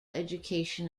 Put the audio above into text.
education